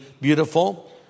beautiful